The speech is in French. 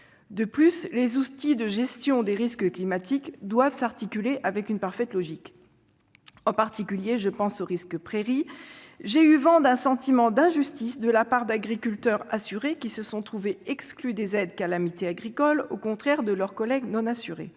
De plus, les outils de gestion des risques climatiques doivent s'articuler avec une parfaite logique, en particulier pour le risque prairie. J'ai eu vent d'un sentiment d'injustice de la part d'agriculteurs assurés qui se sont trouvés exclus des aides « calamités agricoles », au contraire de leurs collègues non assurés.